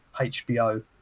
HBO